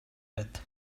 with